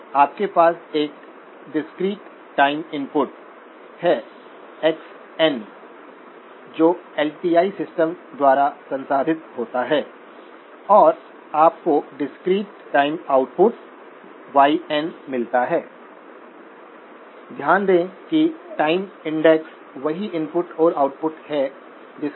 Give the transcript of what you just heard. operating point values VGS 3 volts होगा VDS 4 volts होगा क्योंकि यहां यह नोड पर मैं मानूगा कि R2R1R2415 है इसलिए यह 4 वोल्टस पर होगा